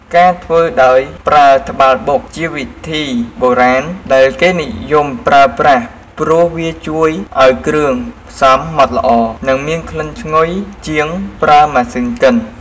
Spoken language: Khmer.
ការធ្វើដោយប្រើត្បាល់បុក ជាវិធីបុរាណដែលគេនិយមប្រើប្រាស់ព្រោះវាជួយឱ្យគ្រឿងផ្សំម៉ដ្តល្អ និងមានក្លិនឈ្ងុយជាងប្រើម៉ាសុីនកិន។